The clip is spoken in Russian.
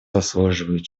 заслуживают